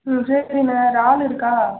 ம் சரிண்ண இறால் இருக்கா